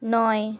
নয়